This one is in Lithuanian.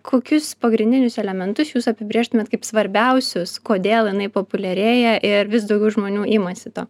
kokius pagrindinius elementus jūs apibrėžtumėt kaip svarbiausius kodėl jinai populiarėja ir vis daugiau žmonių imasi to